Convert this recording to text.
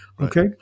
Okay